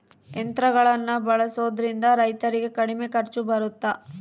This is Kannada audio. ಯಂತ್ರಗಳನ್ನ ಬಳಸೊದ್ರಿಂದ ರೈತರಿಗೆ ಕಡಿಮೆ ಖರ್ಚು ಬರುತ್ತಾ?